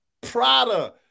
Prada